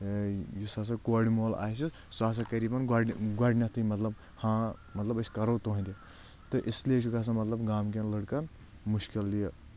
یُس ہسا کورِ مول آسہِ سُہ ہسا کرِ یِمَن گۄڈنؠتھٕے مطلب ہاں مطلب أسۍ کَرو تُہٕنٛدِ تہٕ اِس لیے چھُ گژھان مطلب گامکؠن لڑکَن مُشکِل یہِ